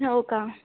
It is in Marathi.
हो का